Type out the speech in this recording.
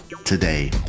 Today